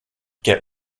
get